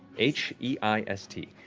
h e i s t.